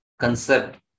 concept